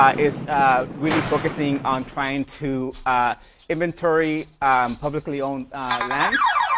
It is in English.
um is really focusing on trying to inventory publicly-owned lands,